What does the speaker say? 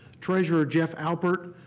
treasurer jeff alpert,